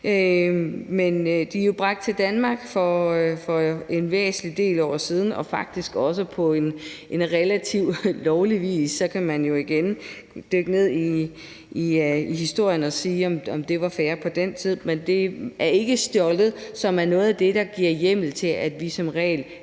genstandene er jo bragt til Danmark for en del år siden og faktisk også på relativt lovlig vis. Så kan man jo igen dykke ned i historien og spørge, om det var fair på den tid. Men det er ikke stjålet, hvilket er noget af det, der giver hjemmel til, at vi som regel